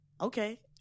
okay